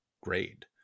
grade